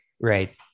Right